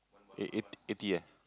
eh e~ eighty eh